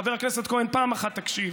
חבר הכנסת כהן, פעם אחת תקשיב.